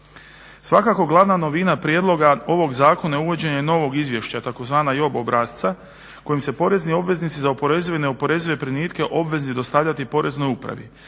Svakako glavna novina prijedloga ovog zakona je uvođenje novog izvješća, tzv. JOB obrasca kojim se porezni obveznici za oporezive i neoporezive primitke u obvezi dostavljati poreznoj upravi.